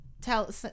tell